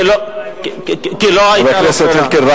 כי לא היתה לו ברירה.